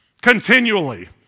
continually